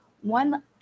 one